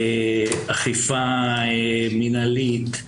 אכיפה מנהלית,